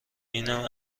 اینم